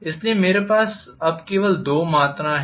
इसलिए मेरे पास अब केवल दो मात्राएँ हैं